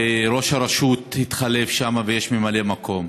ראש הרשות התחלף שם, ויש ממלא מקום.